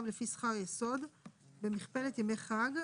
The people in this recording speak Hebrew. הסעדה שמועסק 5 ימים בשבוע (באחוזים/שקלים חדשים)